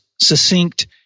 succinct